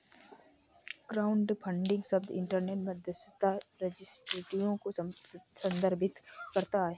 crowdfunding शब्द internet मध्यस्थता रजिस्ट्रियों को संदर्भित करता है